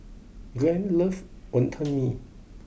Glen loves Wonton Mee